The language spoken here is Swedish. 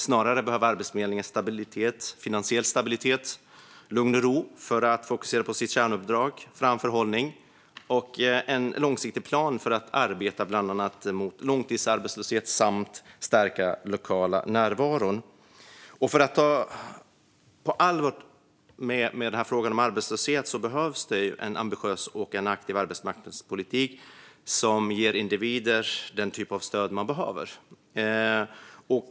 Snarare behöver Arbetsförmedlingen finansiell stabilitet och lugn och ro för att fokusera på sitt kärnuppdrag, framförhållning och en långsiktig plan för att arbeta bland annat mot långtidsarbetslöshet samt stärka den lokala närvaron. För att ta itu på allvar med frågan om arbetslöshet behövs det en ambitiös och aktiv arbetsmarknadspolitik som ger individer den typ av stöd de behöver.